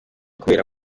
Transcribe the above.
kubera